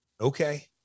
okay